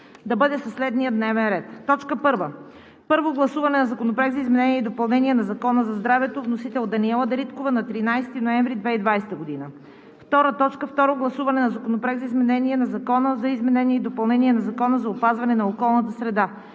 да бъде със следния дневен ред: „1. Първо гласуване на Законопроекта за изменение и допълнение на Закона за здравето. Вносител – Даниела Дариткова на 13 ноември 2020 г. 2. Второ гласуване на Законопроекта за изменение на Закона за изменение и допълнение на Закона за опазване на околната среда.